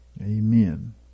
Amen